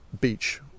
beach